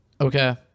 Okay